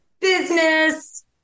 business